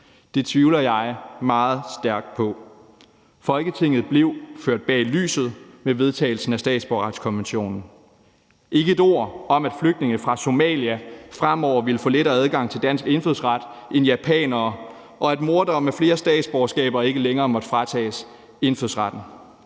Det tvivler jeg meget stærkt på. Folketinget blev ført bag lyset med vedtagelsen af statsborgerretskonventionen. Ikke et ord om, at flygtninge fra Somalia fremover ville få lettere adgang til dansk indfødsret end japanere, og at mordere med flere statsborgerskaber ikke længere måtte fratages indfødsretten.